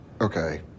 Okay